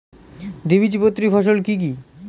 দ্বিবীজপত্রী ফসল কি কি?